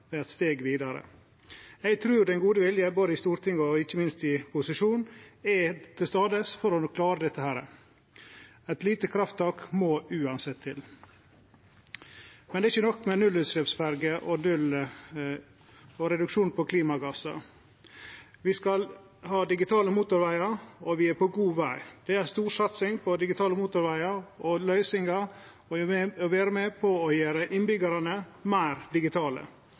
eit steg vidare. Eg trur den gode viljen er til stades både i Stortinget og ikkje minst i posisjonen for å klare dette. Eit lite krafttak må uansett til. Men det er ikkje nok med nullutsleppsferjer og reduksjon av klimagassar. Vi skal ha digitale motorvegar, og vi er på god veg. Det er ei storsatsing på digitale motorvegar, og løysinga vil vere med på å gjere innbyggjarane meir digitale.